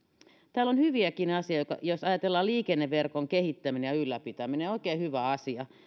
täällä on hyviäkin asioita jos ajatellaan liikenneverkon kehittäminen ja ylläpitäminen oikein hyvä asia